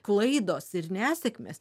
klaidos ir nesėkmės